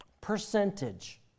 percentage